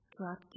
Drop